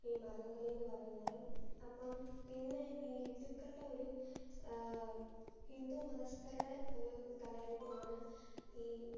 ഈ മാർഗ്ഗം കളിയെന്നു പറയുന്നത് അപ്പം പിന്നെ ഈ ഹിന്ദുക്കളുടെ ഒരു ഹിന്ദുമതസ്ഥരുടെ ഒരു കലാരൂപമാണ് ഈ